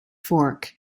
fork